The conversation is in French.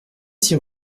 six